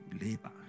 Labor